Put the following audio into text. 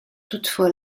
toutefois